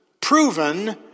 Proven